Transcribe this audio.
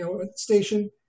station